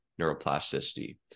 neuroplasticity